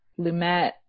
Lumet